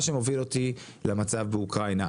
מה שמוביל אותי למצב באוקראינה.